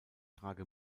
trage